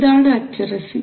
ഇതാണ് അക്യുറസി